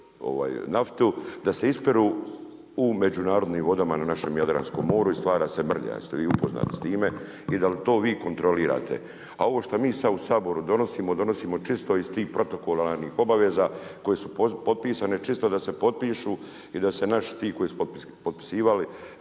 naftu, da se ispiru u međunarodnim vodama na našem Jadranskom moru i stvara se mrlja. Jeste vi upoznati s time i da li to vi kontrolirate? A ovo šta mi sad u Saboru donosimo, donosimo čisto iz tih protokolarnih obaveza koje su potpisane čisto da se potpišu, i da se naši ti koji su potpisivali